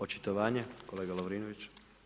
Očitovanje, kolega Lovrinović.